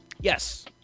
Yes